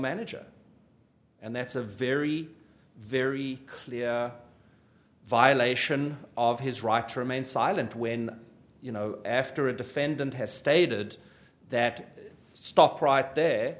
manager and that's a very very clear violation of his right to remain silent when you know after a defendant has stated that stop ri